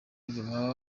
eva